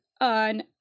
on